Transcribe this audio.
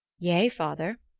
yea, father,